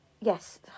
yes